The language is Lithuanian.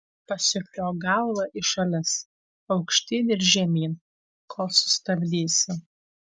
pasukiok galvą į šalis aukštyn ir žemyn kol sustabdysiu